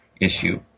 issue